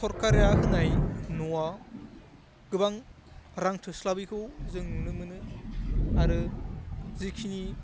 सरकारा होनाय न'आव गोबां रां थोस्लाबिखौ जों नुनो मोनो आरो जेखिनि